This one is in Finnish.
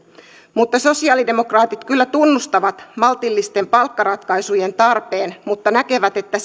sosialidemokraatit kyllä tunnustavat maltillisten palkkaratkaisujen tarpeen mutta näkevät että